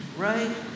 Right